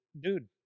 dude